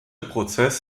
prozess